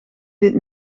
dit